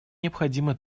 необходимо